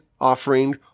Offering